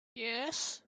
yes